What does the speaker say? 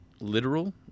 literal